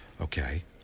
Okay